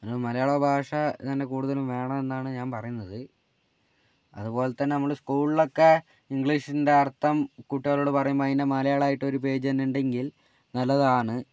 അതുകൊണ്ട് മലയാളഭാഷ തന്നെ കൂടുതലും വേണം എന്നാണ് ഞാൻ പറയുന്നത് അതുപോലെതന്നെ നമ്മൾ സ്ക്കൂളിലൊക്കെ ഇംഗ്ലീഷിൻ്റെ അർത്ഥം കൂട്ടുകാരോട് പറയുമ്പോൾ അതിൻ്റെ മലയാളമായിട്ട് ഒരു പേജ് തന്നെ ഉണ്ടെങ്കിൽ നല്ലതാണ്